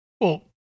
Well-